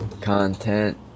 content